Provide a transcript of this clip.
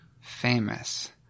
famous